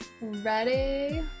Ready